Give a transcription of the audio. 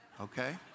Okay